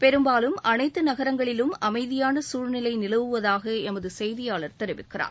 பெரும்பாலும் அனைத்து நகரங்களிலும் அமைதியான சூழ்நிலை நிலவுவதாக எமது செய்தியாளர் தெரிவிக்கிறார்